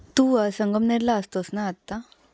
तू संगमनेरला असतोस ना आत्ता